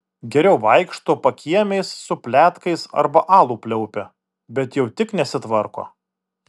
geriau vaikšto pakiemiais su pletkais arba alų pliaupia bet jau tik nesitvarko